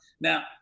Now